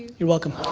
you're welcome.